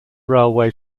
railway